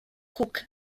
cook